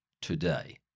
today